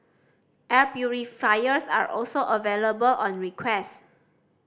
air purifiers are also available on request